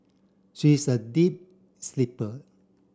she is a deep sleeper